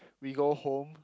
we go home